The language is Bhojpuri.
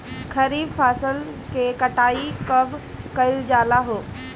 खरिफ फासल के कटाई कब कइल जाला हो?